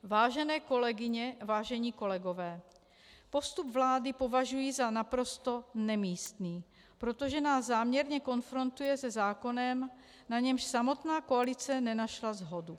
Vážené kolegyně, vážení kolegové, postup vlády považuji za naprosto nemístný, protože nás záměrně konfrontuje se zákonem, na němž samotná koalice nenašla shodu.